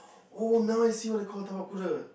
[oh]now I see what I call a